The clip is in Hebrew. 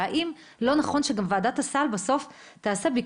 והאם לא נכון שוועדת הסל תעשה בסוף ביקורת,